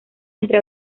entre